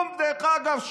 דרך אגב,